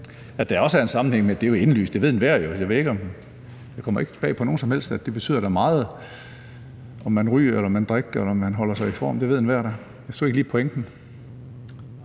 At der også er en sammenhæng med det, er jo indlysende. Det ved enhver jo; det kommer ikke bag på nogen som helst. Det betyder da meget, om man ryger, om man drikker, eller om man holder sig i form. Det ved enhver da. Jeg forstod ikke lige pointen.